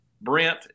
Brent